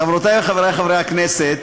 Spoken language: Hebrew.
חברותי וחברי חברי הכנסת,